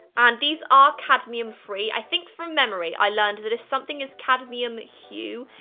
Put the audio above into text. and these are cadmium free, i think from memory i learned that if something is cadmium hue,